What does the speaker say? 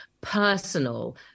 personal